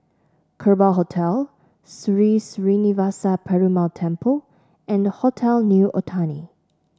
Kerbau Hotel Sri Srinivasa Perumal Temple and Hotel New Otani